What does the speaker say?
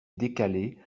décalé